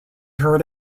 heard